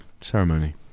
ceremony